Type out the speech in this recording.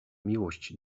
miłość